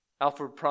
Alfred